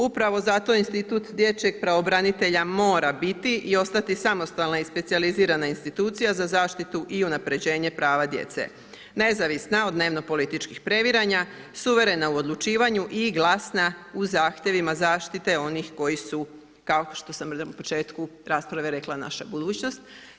Upravo zato Institut dječjeg pravobranitelja mora biti i ostati samostalna i specijalizirana institucija za zaštitu i unapređenje prava djece nezavisna od dnevnog političkih previranja, suverena u odlučivanju i glasna u zahtjevima zaštite onih koji su, kao što sam na početku rasprave rekla, naša budućnost.